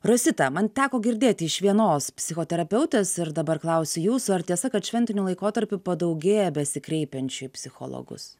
rosita man teko girdėti iš vienos psichoterapeutės ir dabar klausiu jūsų ar tiesa kad šventiniu laikotarpiu padaugėja besikreipiančių į psichologus